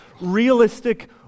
realistic